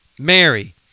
Mary